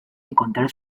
encontrar